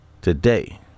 today